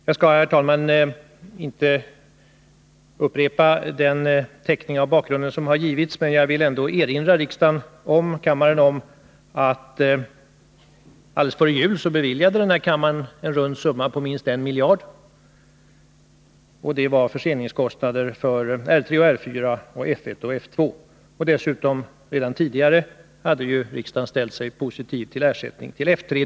Jag skall inte upprepa den teckning av bakgrunden som har gjorts, men jag vill ändå erinra om att kammaren alldeles före jul beviljade en rund summa på minst 1 miljard för förseningskostnader för R 3, R 4, F 1 och F 2. Redan tidigare hade riksdagen ställt sig positiv till ersättning för F 3.